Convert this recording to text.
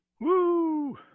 woo